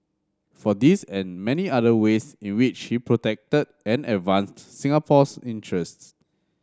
for this and many other ways in which he protected and advanced Singapore's interest